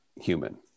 human